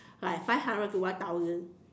like five hundred to one thousand